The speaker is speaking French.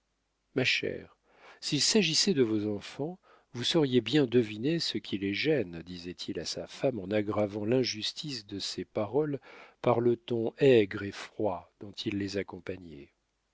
ma chère s'il s'agissait de vos enfants vous sauriez bien deviner ce qui les gêne disait-il à sa femme en aggravant l'injustice de ces paroles par le ton aigre et froid dont il les accompagnait